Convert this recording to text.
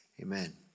amen